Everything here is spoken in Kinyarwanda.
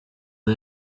the